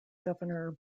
governor